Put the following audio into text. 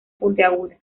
puntiaguda